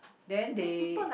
then they